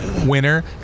Winner